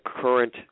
current